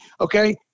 okay